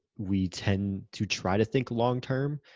we tend to try to think longterm,